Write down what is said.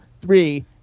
three